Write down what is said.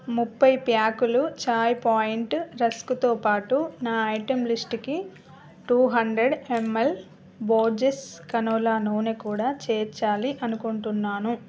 ముప్పై ప్యాకులు ఛాయ్ పాయింట్ రస్కుతో పాటు నా ఐటెం లిస్టుకి two hundred ML Borges canola నూనె కూడా చేర్చాలి అనుకుంటున్నాను